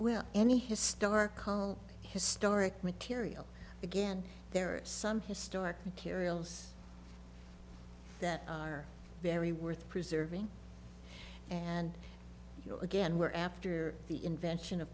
we're any historical historic material again there are some historic materials that are very worth preserving and you know again we're after the invention of